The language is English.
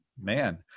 Man